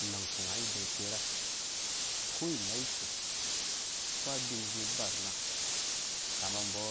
Unang pfunga aidɛɛ̃ akera uko inai iso uko abin azĩ bubar na ukama umbɔ